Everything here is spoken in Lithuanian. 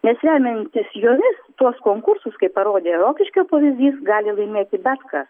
nes remiantis jomis tuos konkursus kaip parodė rokiškio pavyzdys gali laimėti bet kas